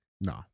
No